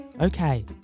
Okay